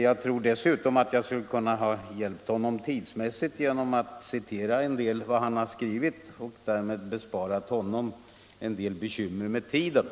Jag hade dessutom kunnat hjälpa honom tidsmässigt genom att citera en del av vad han skrivit och därmed bespara honom en del bekymmer med tiden.